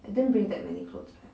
I didn't bring that many clothes leh